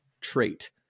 trait